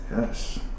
Yes